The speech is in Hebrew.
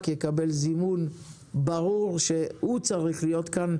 יקבל זימון ברור שהוא צריך להיות כאן,